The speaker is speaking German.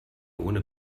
ohne